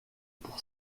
pour